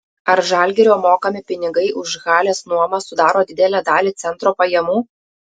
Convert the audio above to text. ar žalgirio mokami pinigai už halės nuomą sudaro didelę dalį centro pajamų